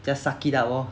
just suck it up lor